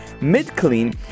mid-clean